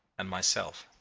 and myself.